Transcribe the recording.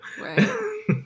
Right